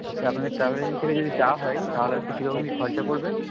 আচ্ছা আপনাদের travel agent থেকে যদি যাওয়া হয় তাহলে হচ্ছে কীরকম কী খরচা পড়বে